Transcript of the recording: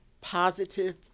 positive